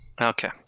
Okay